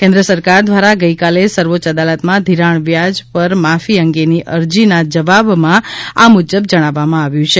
કેન્દ્ર સરકાર દ્વારા ગઇકાલે સર્વોચ્ય અદાલતમાં ધિરાણ પર વ્યાજ માફી અંગેની અરજીના જવાબમાં આ મુજબ જણાવવામાં આવ્યું છે